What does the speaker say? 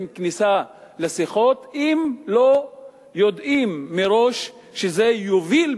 הכניסה לשיחות אם לא יודעים מראש שזה יוביל,